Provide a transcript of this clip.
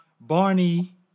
Barney